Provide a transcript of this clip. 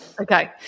Okay